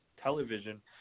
television